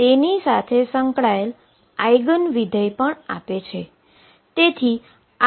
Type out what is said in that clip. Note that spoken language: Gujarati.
અને તેની સાથે સંકળાયેલ આઈગન ફંક્શન પણ આપે છે